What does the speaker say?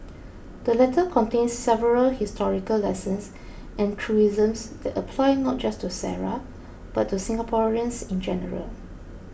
the letter contains several historical lessons and truisms that apply not just to Sara but to Singaporeans in general